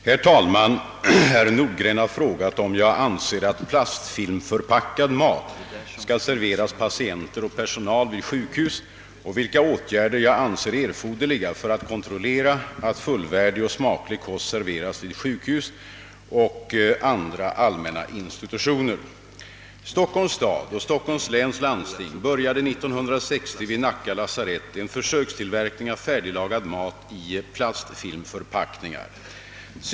Herr talman! Herr Nordgren har frågat om jag anser att plastfilmförpackad mat skall serveras patienter och personal vid sjukhus och vilka åtgärder jag anser erforderliga för att kontrollera att fullvärdig och smaklig kost serveras vid sjukhus och andra allmänna institutioner. Stockholms stad och Stockholms läns landsting började 1960 vid Nacka lasarett en försökstillverkning av färdiglagad mat i plastfilmförpackningar.